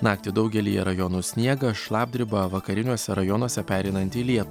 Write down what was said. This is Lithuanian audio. naktį daugelyje rajonų sniegas šlapdriba vakariniuose rajonuose pereinanti į lietų